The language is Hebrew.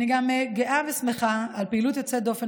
אני גם גאה ושמחה על פעילות יוצאת דופן